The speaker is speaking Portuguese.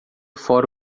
fora